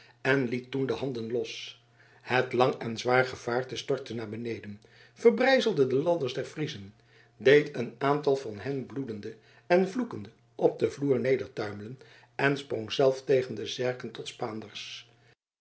en liet toen de handen los het lang en zwaar gevaarte stortte naar beneden verbrijzelde de ladders der friezen deed een aantal van hen bloedende en vloekende op den vloer nedertuimelen en sprong zelf tegen de zerken tot